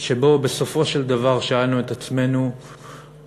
שבו בסופו של דבר שאלנו את עצמנו מהו